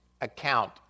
account